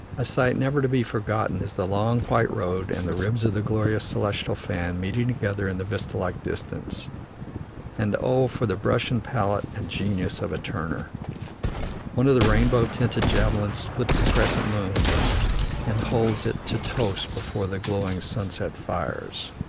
a sight never to be forgotten is the long white road and the ribs of the glorious celestial fan meeting together in the vista-like distance and oh, for the brush and palette and genius of a turner one of the rainbow-tinted javelins spits the crescent moon and holds it to toast before the glowing sunset fires,